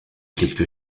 quelque